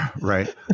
Right